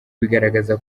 bigaragaza